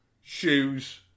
shoes